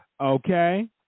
Okay